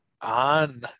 on